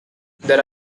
there